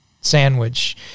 sandwich